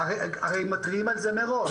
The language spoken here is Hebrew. הרי מתריעים על זה מראש,